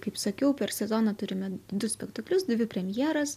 kaip sakiau per sezoną turime du spektaklius dvi premjeras